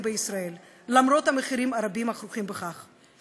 בישראל למרות המחירים הרבים הכרוכים בכך.